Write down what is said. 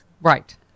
Right